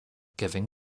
giving